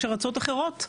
יש ארצות אחרות,